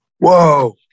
Whoa